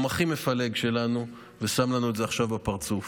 הכי מפלג שלנו ושם לנו את זה עכשיו בפרצוף.